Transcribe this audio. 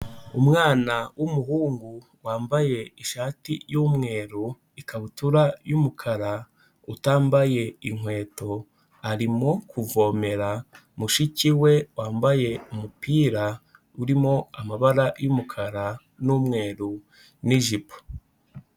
Umwana w'umuhungu wambaye ishati y'umweru, ikabutura y'umukara, utambaye inkweto, arimo kuvomera mushiki we wambaye umupira urimo amabara y'umukara n'umweru n'ijipo.